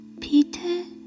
Peter